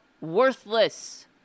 worthless